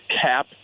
cap